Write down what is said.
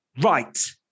right